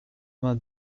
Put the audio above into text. vingt